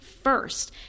first